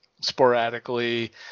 sporadically